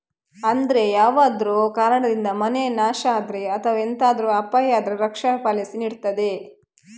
ಅಂದ್ರೆ ಯಾವ್ದಾದ್ರೂ ಕಾರಣದಿಂದ ಮನೆ ನಾಶ ಆದ್ರೆ ಅಥವಾ ಎಂತಾದ್ರೂ ಅಪಾಯ ಆದ್ರೆ ರಕ್ಷಣೆ ಪಾಲಿಸಿ ನೀಡ್ತದೆ